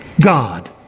God